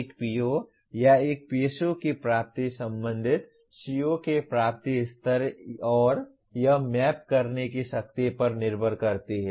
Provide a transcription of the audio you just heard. एक PO या एक PSO की प्राप्ति संबंधित CO के प्राप्ति स्तर और यह मैप करने की शक्ति पर निर्भर करती है